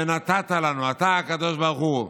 שנתת לנו, אתה, הקדוש ברוך הוא.